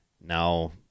now